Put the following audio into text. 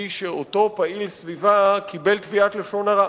התוצאה היא שאותו פעיל סביבה קיבל תביעת לשון הרע